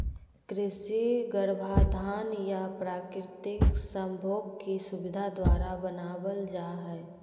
कृत्रिम गर्भाधान या प्राकृतिक संभोग की सुविधा द्वारा बनाबल जा हइ